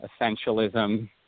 essentialism